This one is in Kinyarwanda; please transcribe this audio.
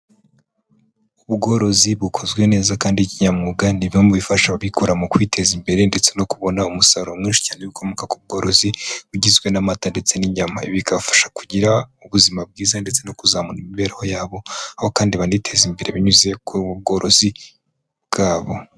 Ubworozi bukozwe neza kandi kinyamwuga, ni bimwe mu bifasha abikora mu kwiteza imbere ndetse no kubona umusaruro mwinshi cyane w'ibikomoka ku bworozi bigizwe n'amata, ndetse n'inyama, bigabafasha kugira ubuzima bwiza ndetse no kuzamura imibereho yabo, aho kandi baniteza imbere binyuze ku bworozi bwabo.